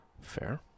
Fair